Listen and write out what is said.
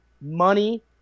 money